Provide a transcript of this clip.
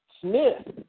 Smith